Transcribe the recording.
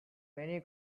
many